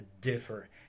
differ